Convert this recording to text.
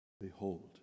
Behold